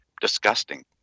Disgusting